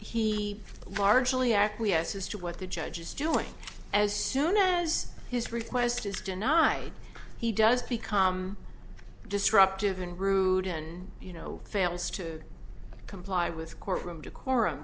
he largely acquiesce as to what the judge is doing as soon as his request is denied he does become disruptive and rude and you know fails to comply with courtroom decorum